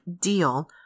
deal